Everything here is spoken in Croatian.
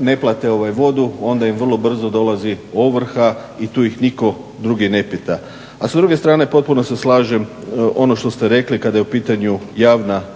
ne plate vodu onda im vrlo brzo dolazi ovrha i tu ih nitko drugi ne pita. A s druge strane potpuno se slažem ono što ste rekli kada je u pitanju javna nabava.